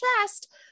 chest